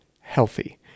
healthy